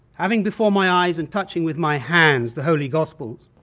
having before my eyes and touching with my hands the holy gospels,